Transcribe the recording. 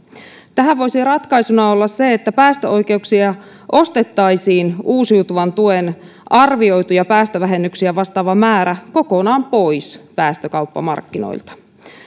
tähän voisi ratkaisuna olla se että päästöoikeuksia ostettaisiin uusiutuvan tuen arvioituja päästövähennyksiä vastaava määrä kokonaan pois päästökauppamarkkinoilta